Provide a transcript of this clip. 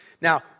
Now